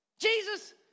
Jesus